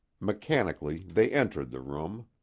mechanically they entered the room.